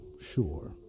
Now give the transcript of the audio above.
sure